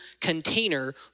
container